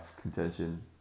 contention